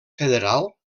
federal